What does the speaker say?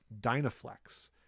dynaflex